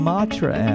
Matra